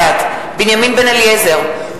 בעד בנימין בן-אליעזר,